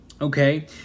okay